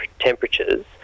temperatures